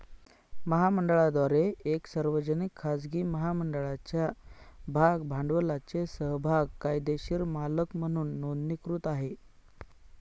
महामंडळाद्वारे एक सार्वजनिक, खाजगी महामंडळाच्या भाग भांडवलाचे समभाग कायदेशीर मालक म्हणून नोंदणीकृत आहे